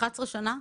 11 שנה,